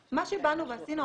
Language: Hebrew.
מה שבאנו ועשינו,